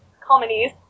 comedies